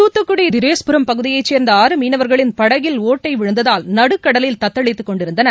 தூத்துக்குடி திரேஸ்புரம் பகுதியைச் சேர்ந்த ஆறு மீனவர்களின் படகில் ஒட்டை விழுந்ததால் நடுக்கடலில் தத்தளித்துக் கொண்டிருந்தனர்